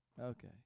Okay